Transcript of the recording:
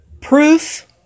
Proof